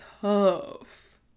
tough